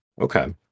Okay